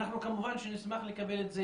אנחנו כמובן נשמח לקבל את זה